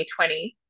2020